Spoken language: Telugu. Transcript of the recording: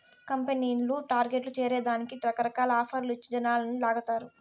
కంపెనీలు టార్గెట్లు చేరే దానికి రకరకాల ఆఫర్లు ఇచ్చి జనాలని లాగతారు